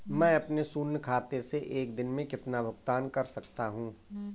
मैं अपने शून्य खाते से एक दिन में कितना भुगतान कर सकता हूँ?